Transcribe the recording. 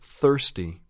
thirsty